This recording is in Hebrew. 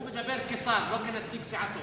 הוא מדבר כשר, לא כנציג סיעתו.